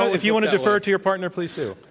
if you want to defer to your partner, please do.